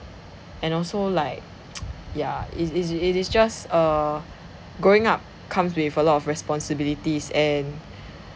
and also like ya is is it is just err growing up comes with a lot of responsibilities and